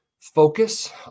Focus